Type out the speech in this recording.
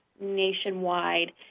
nationwide